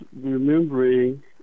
remembering